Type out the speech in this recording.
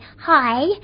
hi